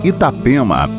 Itapema